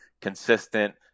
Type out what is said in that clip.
consistent